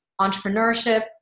Entrepreneurship